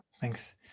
Thanks